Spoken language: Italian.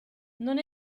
non